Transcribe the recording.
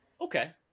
Okay